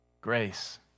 Grace